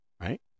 right